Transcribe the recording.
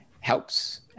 helps